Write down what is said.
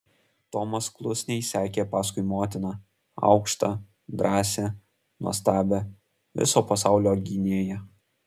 tomas klusniai sekė paskui motiną aukštą drąsią nuostabią viso pasaulio gynėją